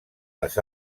les